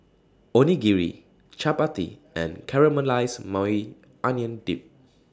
Onigiri Chapati and Caramelized Maui Onion Dip